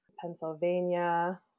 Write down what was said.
Pennsylvania